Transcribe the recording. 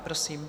Prosím.